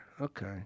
Okay